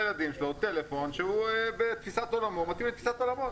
לילדים שלו טלפון שמתאים לתפיסת עולמו.